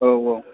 औ औ